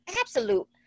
absolute